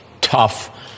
tough